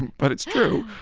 but it's true.